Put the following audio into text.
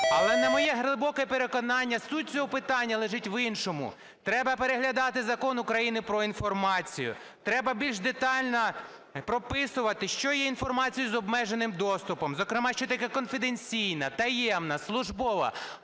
Але на моє глибоке переконання суть цього питання лежить в іншому: треба переглядати Закон України "Про інформацію", треба більш детально прописувати, що є інформацією з обмеженим доступом, зокрема, що таке конфіденційна, таємна, службова,